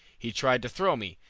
he tried to throw me,